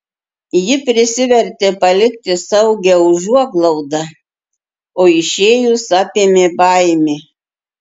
ji prisivertė palikti saugią užuoglaudą o išėjus apėmė baimė